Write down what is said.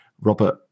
Robert